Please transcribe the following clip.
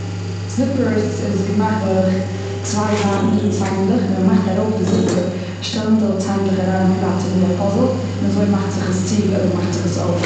זיפערס איז געמאכט דורך צוויי זייטן איז דא ציינדלעך, און ווען מ'מאכט ארויף די זיפער שטעלן זיך די ציינדלעך אריין און פלאץ אזויווי א פאזל, און אזוי מאכט זיך עס צו אדער מאכט זיך עס אויף.